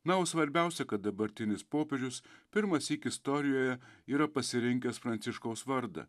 na o svarbiausia kad dabartinis popiežius pirmąsyk istorijoje yra pasirinkęs pranciškaus vardą